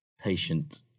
patient